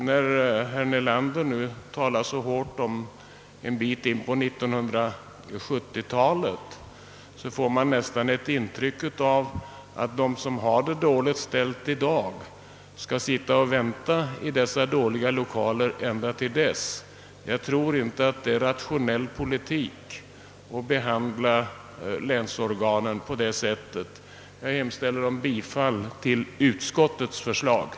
När herr Nelander nu talar om »en bit in på 1970-talet» får man nästan ett intryck av att de som i dag har dåliga lokaler skall sitta där och vänta ända till dess. Jag tror inte att det är rationell politik att behandla länsorganen på det sättet. Jag ber att få yrka bifall till utskottets hemställan.